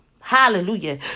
Hallelujah